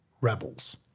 rebels